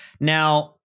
Now